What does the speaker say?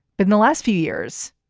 but in the last few years,